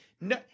No